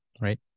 Right